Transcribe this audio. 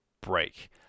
Break